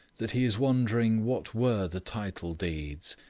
that he is wondering what were the title-deeds,